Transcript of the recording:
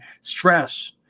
stress